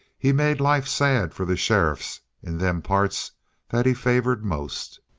he made life sad for the sheriffs in them parts that he favored most.